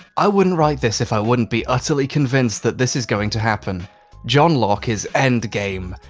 i wouldn't write this if i wouldn't be utterly convinced that this is going to happen johnlock is endgame,